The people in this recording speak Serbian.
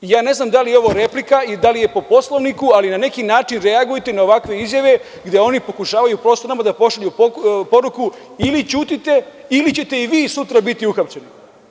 Ja ne znam da li je ovo replika, da li je po Poslovniku, ali na neki način reagujte na ovakve izjave gde oni pokušavaju prosto nama da pošalju poruku - ili ćutite ili ćete i vi sutra biti uhapšeni.